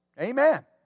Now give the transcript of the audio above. Amen